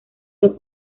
dos